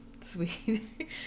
sweet